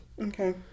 Okay